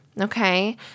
Okay